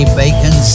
bacon